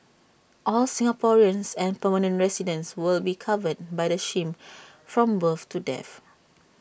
all Singaporeans and permanent residents will be covered by the scheme from birth to death